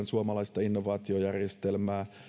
suomalaista innovaatiojärjestelmää kaiken kaikkiaan